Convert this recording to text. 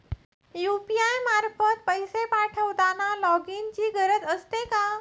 UPI मार्फत पैसे पाठवताना लॉगइनची गरज असते का?